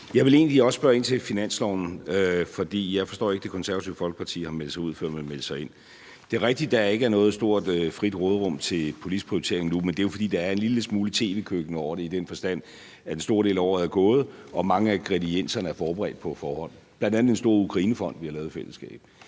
Jeg vil egentlig også spørge ind til finansloven, for jeg forstår ikke, at Det Konservative Folkeparti har meldt sig ud, før man har meldt sig ind. Det er rigtigt, at der ikke er noget stort frit råderum til politiske prioriteringer nu, men det er jo, fordi der er en lille smule tv-køkken over det i den forstand, at en stor del af året er gået og mange af ingredienserne er forberedt på forhånd, bl.a. den store Ukrainefond, vi har lavet i fællesskab,